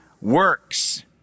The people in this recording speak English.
works